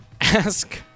ask